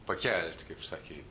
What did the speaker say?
pakelti kaip sakei